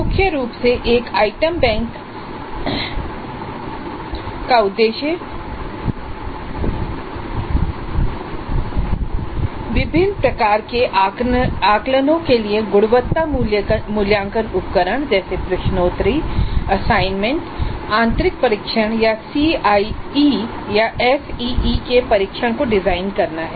मुख्य रूप से एक आइटम बैंक का उद्देश्य विभिन्न प्रकार के आकलनों के लिए गुणवत्ता मूल्यांकन उपकरण जैसे प्रश्नोत्तरी असाइनमेंट आंतरिक परीक्षण या सीआईई और एसईई के परीक्षण को डिजाइन करना है